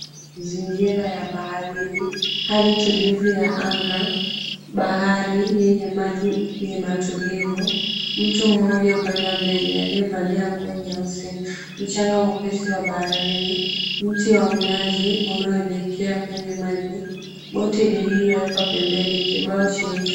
Mazingira ya baharini. Hali tulivu ya anga, bahari yenye maji matulivu. Mtu mmoja upande wa mbele aliyevalia nguo nyeusi. Mchanga mweupe usio wa baharini. Mti wa mnazi unaoelekea kwenye maji, boti lililoekwa pembeni, kibao cheusi.